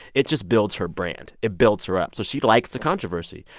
it just builds her brand. it builds her up. so she likes the controversy.